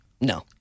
No